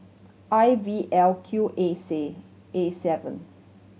I V L Q A C A seven